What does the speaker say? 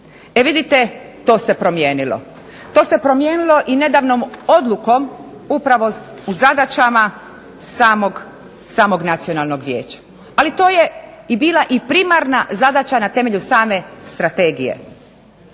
E vidite, to se promijenilo. To se promijenilo i nedavnom odlukom upravo u zadaćama samog Nacionalnog vijeća. Ali to je bila i primarna zadaća na temelju same strategije.